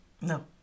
No